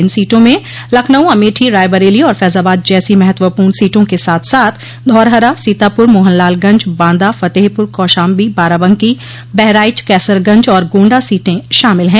इन सीटों में लखनऊ अमेठी रायबरेली और फैजाबाद जैसो महत्वपूर्ण सीटों के साथ साथ धौरहरा सीतापुर मोहनलालगंज बांदा फतेहपुर कौशाम्बी बाराबंकी बहराइच कैसरगंज और गोण्डा सीटें शामिल हैं